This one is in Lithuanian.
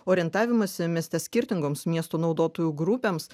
orientavimąsį mieste skirtingoms miesto naudotojų grupėms